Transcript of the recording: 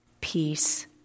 peace